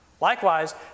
Likewise